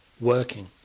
working